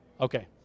Okay